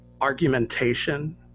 argumentation